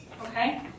okay